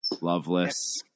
Loveless